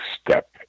step